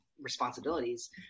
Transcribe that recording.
responsibilities